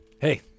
Hey